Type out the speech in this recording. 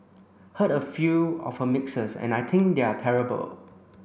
heard a few of her mixes and I think they are terrible